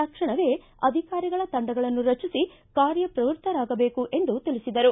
ತಕ್ಷಣವೇ ಅಧಿಕಾರಿಗಳ ತಂಡಗಳನ್ನು ರಚಿಸಿ ಕಾರ್ಯ ಪ್ರವೃತ್ತರಾಗಬೇಕು ಎಂದು ತಿಳಿಸಿದರು